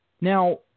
Now